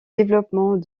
développement